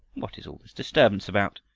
what is all this disturbance about?